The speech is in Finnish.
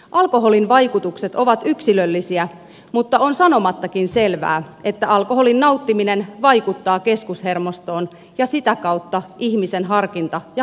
alkoholin vaikutukset ovat yksilöllisiä mutta on sanomattakin selvää että alkoholin nauttiminen vaikuttaa keskushermostoon ja sitä kautta ihmisen harkinta ja huomiokykyyn